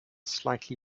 slightly